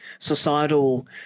Societal